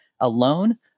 alone